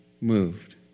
moved